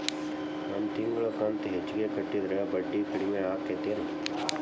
ನನ್ ತಿಂಗಳ ಕಂತ ಹೆಚ್ಚಿಗೆ ಕಟ್ಟಿದ್ರ ಬಡ್ಡಿ ಕಡಿಮಿ ಆಕ್ಕೆತೇನು?